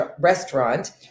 restaurant